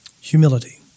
Humility